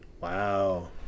Wow